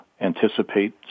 anticipate